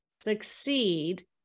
succeed